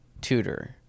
tutor